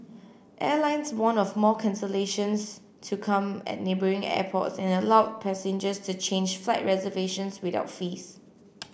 airlines warned of more cancellations to come at neighbouring airports and allowed passengers to change flight reservations without fees